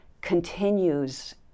continues